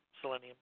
Selenium